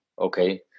okay